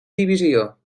divisió